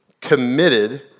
committed